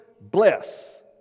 bless